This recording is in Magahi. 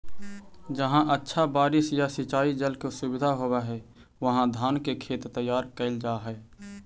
जहाँ अच्छा बारिश या सिंचाई जल के सुविधा होवऽ हइ, उहाँ धान के खेत तैयार कैल जा हइ